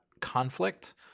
conflict